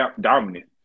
dominant